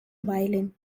violin